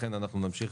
לכן אנחנו נמשיך